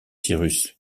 cyrus